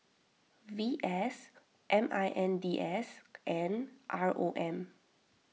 V S M I N D S and R O M